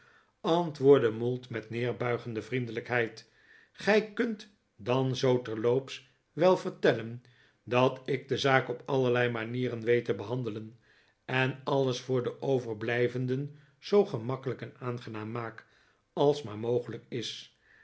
antwoordde mould met neerbuigende vriendelijkheid gij kunt dan zoo terloops wel vertellen dat ik de zaak op allerlei manieren weet te behandelen en alles voor de overblijvenden zoo gemakkelijk en aangenaam maak als maar mogelijk is